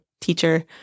teacher